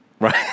Right